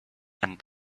and